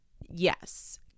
Yes